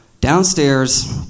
downstairs